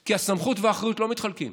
כי הסמכות והאחריות לא מתחלקות,